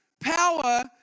power